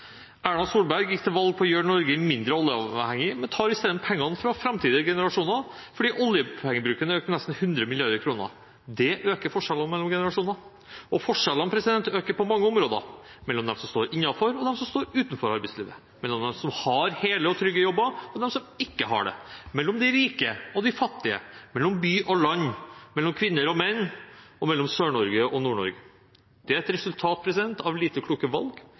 Erna Solberg gikk til valg på å gjøre Norge mindre oljeavhengig, men tar i stedet pengene fra framtidige generasjoner fordi oljepengebruken er økt med nesten 100 mrd. kr. Det øker forskjellene mellom generasjonene. Og forskjellene øker på mange områder: mellom dem som står innenfor og dem som står utenfor arbeidslivet, mellom dem som har hele og trygge jobber, og dem som ikke har det, mellom de rike og de fattige, mellom by og land, mellom kvinner og menn og mellom Sør-Norge og Nord-Norge. Det er et resultat av lite kloke valg